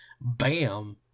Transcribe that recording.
bam